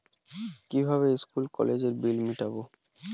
কিভাবে স্কুল কলেজের বিল মিটাব?